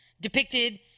depicted